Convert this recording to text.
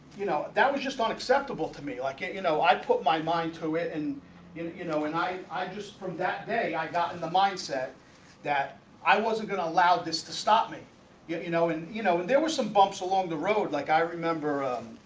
you know that was just not acceptable to me like you know i put my mind to it and you know and i i just from that day i got in the mindset that i wasn't going to allowed this to stop me yeah you know and you know and there were some bumps along the road like i remember um